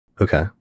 Okay